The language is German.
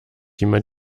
jemand